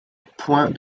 point